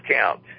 count